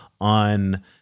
on